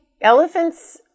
Elephants